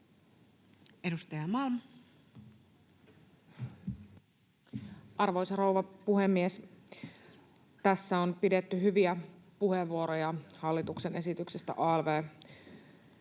Content: Arvoisa rouva puhemies! Tässä on pidetty hyviä puheenvuoroja hallituksen esityksestä